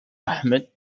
ahmed